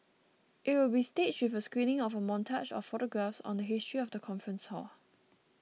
it will be staged with a screening of a montage of photographs on the history of the conference hall